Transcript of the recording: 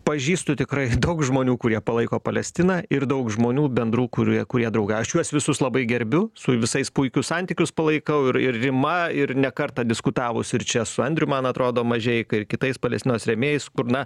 pažįstu tikrai daug žmonių kurie palaiko palestiną ir daug žmonių bendrų kurie kurie draugauja aš juos visus labai gerbiu su visais puikius santykius palaikau ir ir rima ir ne kartą diskutavus ir čia su andrium man atrodo mažeika ir kitais palestinos rėmėjais kur na